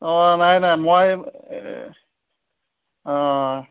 অঁ নাই নাই মই অঁ